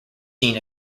seen